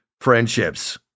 friendships